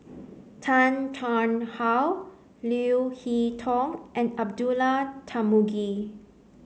Tan Tarn How Leo Hee Tong and Abdullah Tarmugi